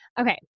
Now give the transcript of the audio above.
Okay